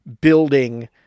building